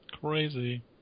Crazy